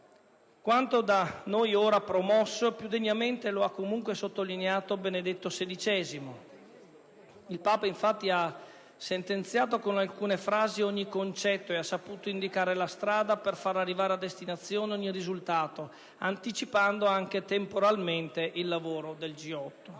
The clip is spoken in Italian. Quanto da noi oggi promosso, più degnamente lo ha sottolineato Benedetto XVI: il Papa ha sentenziato con alcune frasi ogni concetto e ha saputo indicare la strada per far arrivare a destinazione ogni risultato, anticipando anche temporalmente il lavoro del G8.